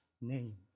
name